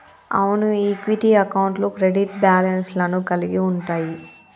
అవును ఈక్విటీ అకౌంట్లు credit balance లను కలిగి ఉంటయ్యి